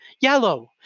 yellow